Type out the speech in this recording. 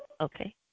Okay